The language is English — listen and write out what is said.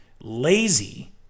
lazy